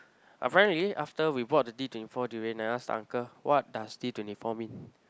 apparently after we bought the D twenty four durian and I ask uncle what does D twenty four mean